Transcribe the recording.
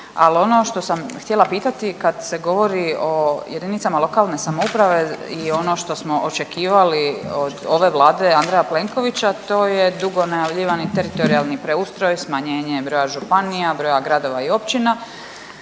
al ono što sam htjela pitati kad se govori o JLS i ono što smo očekivali od ove Vlade Andreja Plenkovića to je dugo najavljivani teritorijalni preustroj, smanjenje broja županija, broja gradova i općina.